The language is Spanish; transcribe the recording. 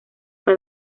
fue